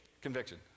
conviction